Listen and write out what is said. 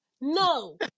No